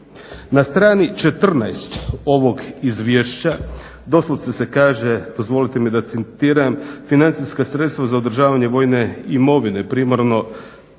Na strani 14. ovog Izvješća doslovce se kaže, dozvolite mi da citiram financijska sredstva za održavanje vojne imovine primarno